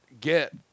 get